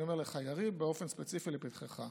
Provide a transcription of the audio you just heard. אני אומר לך, יריב: באופן ספציפי, לפתחך.